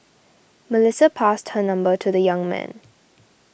Melissa passed her number to the young man